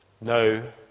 no